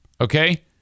Okay